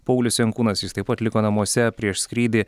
paulius jankūnas jis taip pat liko namuose prieš skrydį